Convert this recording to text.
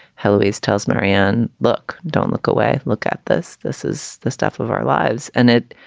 healthways tells marijan, look, don't look away. look at this. this is the stuff of our lives. and it